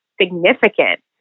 significant